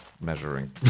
measuring